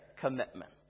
commitment